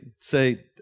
say